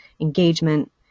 engagement